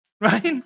right